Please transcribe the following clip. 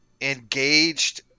engaged